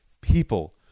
people